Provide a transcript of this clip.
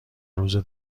روز